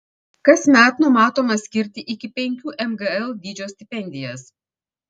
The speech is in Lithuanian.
kasmet numatoma skirti iki penkių mgl dydžio stipendijas